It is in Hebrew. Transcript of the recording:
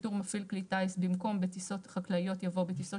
בטור "מפעיל כלי טיס" במקום "בטיסות חקלאיות" יבוא "בטיסות